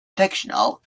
fictional